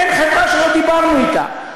אין חברה שלא דיברנו אתה.